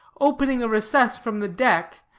opening a recess from the deck,